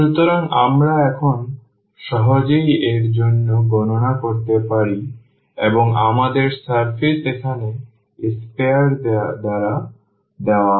সুতরাং আমরা এখন সহজেই এর জন্য গণনা করতে পারি এবং আমাদের সারফেস এখানে sphere দ্বারা দেওয়া হয়